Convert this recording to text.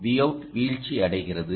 Vout வீழ்ச்சியடைகிறது